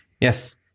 Yes